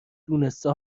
دونسته